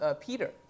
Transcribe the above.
Peter